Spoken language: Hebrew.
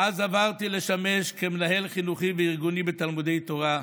מאז עברתי לשמש כמנהל חינוכי וארגוני בתלמודי תורה,